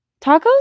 Tacos